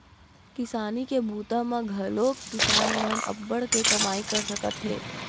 किसानी के बूता म घलोक किसान मन अब्बड़ के कमई कर सकत हे